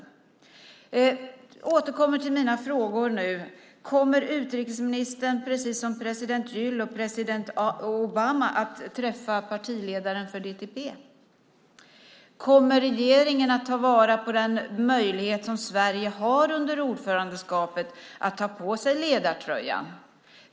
Jag återkommer till mina frågor: Kommer utrikesministern, precis som president Gül och president Obama, att träffa partiledaren för DTP? Kommer regeringen att ta vara på den möjlighet som Sverige har under ordförandeskapet att ta på sig ledartröjan?